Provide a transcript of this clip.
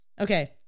okay